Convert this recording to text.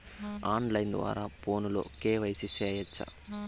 on line ద్వారా ఫోనులో KYC సేయొచ్చా